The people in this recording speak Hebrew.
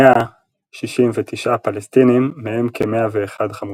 ו-169 פלסטינים, מהם כ-101 חמושים.